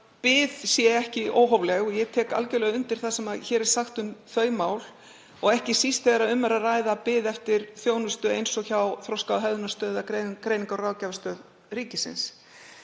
bið sé ekki óhófleg, og ég tek algjörlega undir það sem hér er sagt um þau mál, ekki síst þegar um er að ræða bið eftir þjónustu eins og hjá Þroska- og hegðunarstöð eða Greiningar- og ráðgjafarstöð ríkisins.